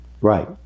Right